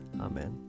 Amen